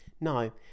Now